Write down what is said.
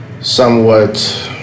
somewhat